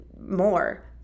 more